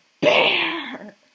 bear